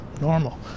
normal